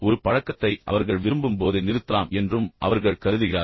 ஒரு பழக்கத்தை அவர்கள் விரும்பும் போது நிறுத்தலாம் என்றும் அவர்கள் கருதுகிறார்கள்